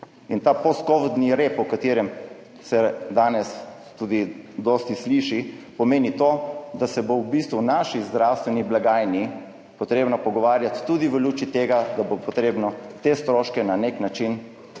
Ta postkovidni rep, o katerem se danes tudi dosti sliši, pomeni to, da se bo v bistvu o naši zdravstveni blagajni potrebno pogovarjati tudi v luči tega, da bo potrebno te stroške na nek način